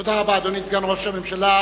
תודה רבה, אדוני סגן ראש הממשלה.